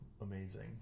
amazing